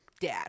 dad